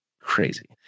crazy